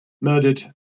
murdered